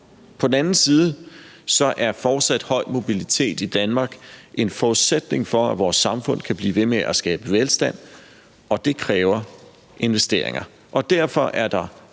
På den anden side er fortsat høj mobilitet i Danmark en forudsætning for, at vores samfund kan blive ved med at skabe velstand, og det kræver investeringer. Og derfor er der